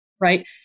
right